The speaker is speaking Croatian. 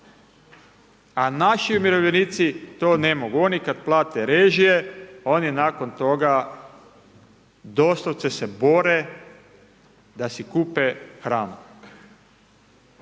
A naši umirovljenici to ne mogu, oni kad plate režije, oni nakon toga doslovce se bore da si kupe hranu.